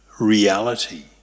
reality